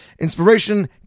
inspiration